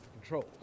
controls